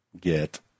get